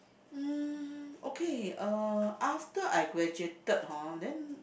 um okay uh after I graduated hor then